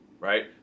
Right